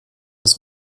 das